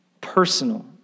personal